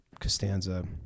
Costanza